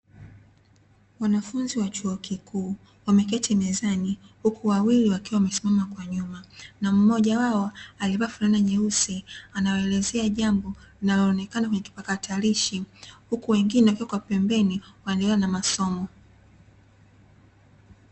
Wanafunzi wa chuo kikuu, wameketi mezani huku wawili wakiwa wamesimama kwa nyuma, na mmoja wao aliyavaa fulana nyeusi anawaelezea jambo linaloonekana kwenye kipakatalishi, huku wengine wakiwa kwa pembeni wanaendelea na masomo.